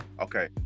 Okay